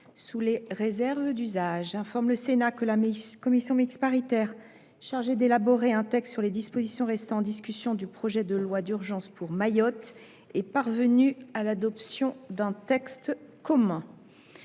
sous les réserves d’usage. J’informe le Sénat que la commission mixte paritaire chargée d’élaborer un texte sur les dispositions restant en discussion du projet de loi d’urgence pour Mayotte est parvenue à l’adoption d’un texte commun.